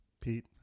Pete